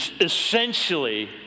essentially